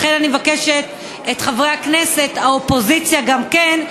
לכן אני מבקשת מחברי הכנסת, מהאופוזיציה גם כן,